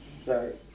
Sorry